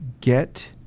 get